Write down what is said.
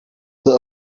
the